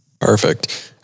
perfect